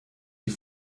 die